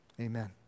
Amen